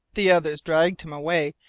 the others dragged him away,